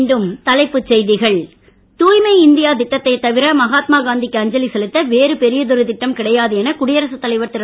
மீண்டும் தலைப்புச் செய்திகள் தூய்மை இந்தியா திட்டத்தை தவிர மகாத்மாகாந்திக்கு அஞ்சலி செலுத்த வேறு பெரியதொரு திட்டம் கிடையாது என குடியரசுத் தலைவர் திரு